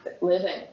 living